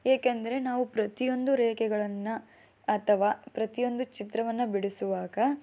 ಏಕೆಂದರೆ ನಾವು ಪ್ರತಿಯೊಂದು ರೇಖೆಗಳನ್ನು ಅಥವಾ ಪ್ರತಿಯೊಂದು ಚಿತ್ರವನ್ನು ಬಿಡಿಸುವಾಗ